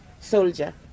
soldier